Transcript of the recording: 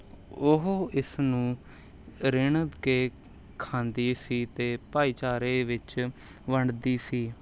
ਉਹ ਇਸ ਨੂੰ ਰਿੰਨ ਕੇ ਖਾਂਦੀ ਸੀ ਅਤੇ ਭਾਈਚਾਰੇ ਵਿੱਚ ਵੰਡਦੀ ਸੀ